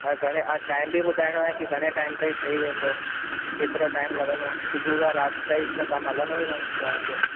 ऐं घणे टाइम बि ॿुधाइणो आहे की घणे टाइम ताईं ठही वेंदो केतिरो टाइम लॻंदो सुबुह खां राति ताईं कमु हलंदो ई र रहंदो